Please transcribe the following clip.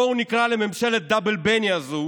אז בואו נקרא לממשלת "דאבל בני" הזאת